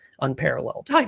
unparalleled